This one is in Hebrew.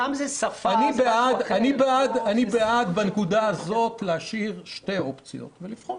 בנקודה הזאת אני בעד השארת שתי אופציות ולבחור.